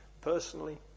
personally